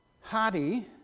Hadi